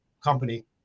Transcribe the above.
company